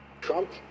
Trump